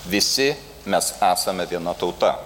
visi mes esame viena tauta